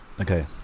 Okay